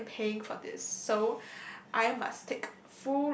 I am paying for this so I must take